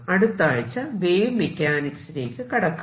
അടുത്ത ആഴ്ച വേവ് മെക്കാനിക്സിലേക്കു കടക്കാം